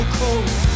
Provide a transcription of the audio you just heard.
cold